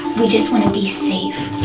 we just wanna be safe.